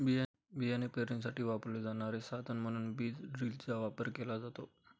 बियाणे पेरणीसाठी वापरले जाणारे साधन म्हणून बीज ड्रिलचा वापर केला जातो